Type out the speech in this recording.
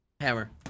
Hammer